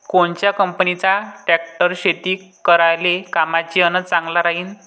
कोनच्या कंपनीचा ट्रॅक्टर शेती करायले कामाचे अन चांगला राहीनं?